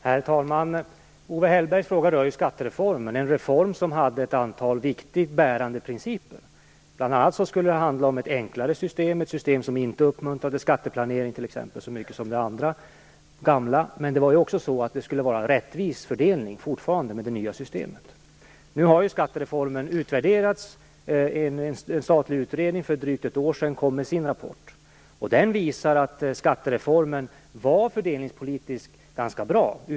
Herr talman! Owe Hellbergs fråga rör skattereformen, en reform som hade ett antal bärande principer. Det skulle bl.a. handla om ett enklare system, ett system som inte uppmuntrade skatteplanering så mycket som det gamla. Men det skulle fortfarande vara en rättvis fördelning med det nya systemet. Nu har skattereformen utvärderats. En statlig utredning kom för drygt ett år sedan med sin rapport. Den visade att skattereformen var fördelningspolitiskt ganska bra.